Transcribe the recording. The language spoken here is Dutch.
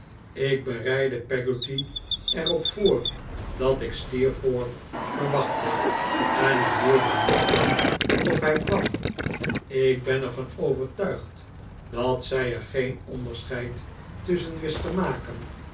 ik bereidde peggotty er op voor dat ik steerforth verwachtte en het duurde niet lang of hij kwam ik ben er van overtuigd dat zij er geen onderscheid tusschen wist te maken